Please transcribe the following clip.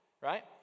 right